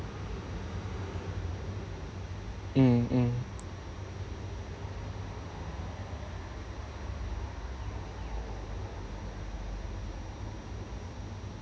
mm mm